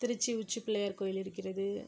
திருச்சி உச்சிப் பிள்ளையார் கோயில் இருக்கிறது